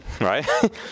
right